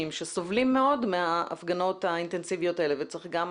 שסובלים מאוד מההפגנות האינטנסיביות האלה וצריך גם